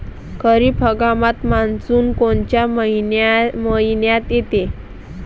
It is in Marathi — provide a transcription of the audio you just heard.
खरीप हंगामात मान्सून कोनच्या मइन्यात येते?